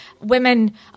women